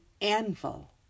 anvil